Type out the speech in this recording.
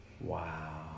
Wow